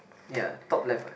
ya top left uh